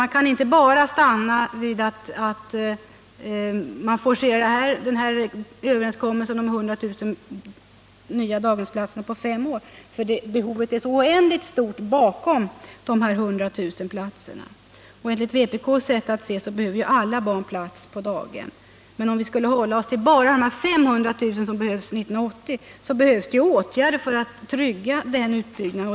Man kan alltså inte stanna vid att forcera arbetet på att uppfylla överenskommelsen om 100 000 nya daghemsplatser på fem år, eftersom behovet bakom dessa 100 000 platser är så oändligt stort — och enligt vpk:s sätt att se behöver alla barn plats på daghem. Men för att enbart tala om de 500 000 platser som behövs till år 1980 vill jag alltså framhålla att det krävs åtgärder för att trygga en sådan utbyggnad.